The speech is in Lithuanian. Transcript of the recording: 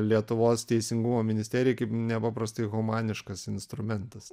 lietuvos teisingumo ministerijai kaip nepaprastai humaniškas instrumentas